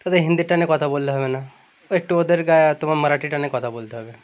তাদের হিন্দির টানে কথা বললে হবে না একটু ওদের গা তোমার মারাঠি টানে কথা বলতে হবে